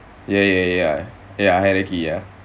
ya ya ya ya headed he ya